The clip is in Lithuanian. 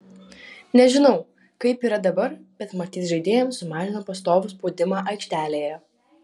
nežinau kaip yra dabar bet matyt žaidėjams sumažino pastovų spaudimą aikštelėje